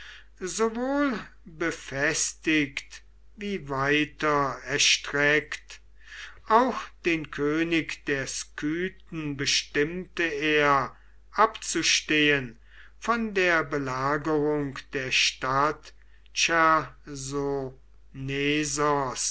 sowohl befestigt wie weiter erstreckt auch den könig der skythen bestimmte er abzustehen von der belagerung der stadt